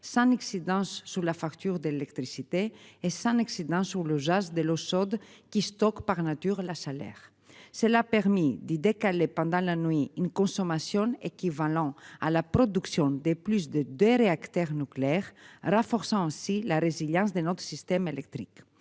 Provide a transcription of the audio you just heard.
sans accident sous la facture d'électricité, est-ce un accident sur le jazz de l'eau chaude qui stockent par nature la salaire c'est la permis des décalé pendant la nuit, une consommation équivalent à la production des plus de 2 réacteurs nucléaires, renforçant ainsi la résilience des notre système électrique.